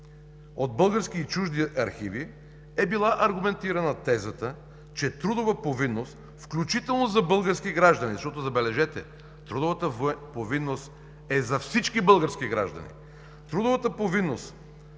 от български и чужди архиви е била аргументирана тезата, че трудова повинност, включително за български граждани – защото, забележете, трудовата повинност е за всички български граждани, включително и за тези от еврейски произход,